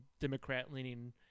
Democrat-leaning